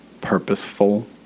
purposeful